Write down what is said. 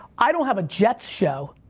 i don't have a jets show.